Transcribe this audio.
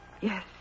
Yes